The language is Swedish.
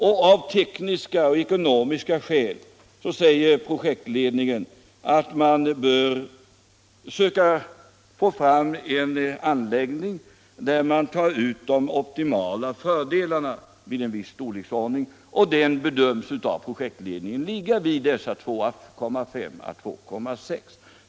Projektledningen framhåller att man av tekniska och ekonomiska skäl bör försöka få fram en anläggning där man tar ut de optimala fördelarna vid en viss storleksordning, och den bedöms av projektledningen ligga vid dessa 2,5 å 2,6 miljoner ton.